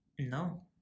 no